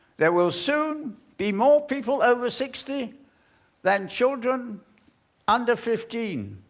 there will soon be more people over sixty than children under fifteen.